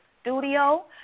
studio